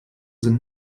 sind